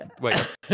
wait